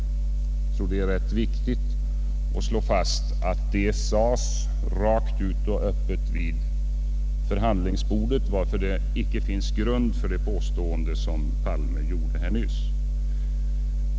Jag tror det är rätt viktigt att slå fast att detta sades rakt ut och öppet vid förhandlingsbordet, varför det icke finns grund för det påstående som herr Palme gjorde här nyss.